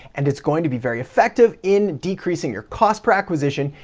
and it's going to be very effective in decreasing your cost per acquisition,